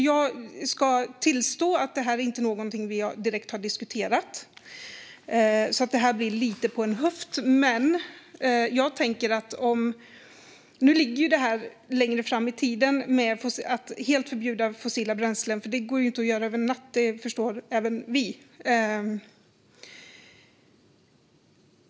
Jag ska tillstå att detta inte är något vi direkt har diskuterat, så det här blir lite på en höft. Att helt förbjuda fossila bränslen ligger längre fram i tiden. Det går inte att göra över en natt - det förstår även vi.